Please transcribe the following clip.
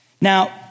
Now